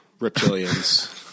Reptilians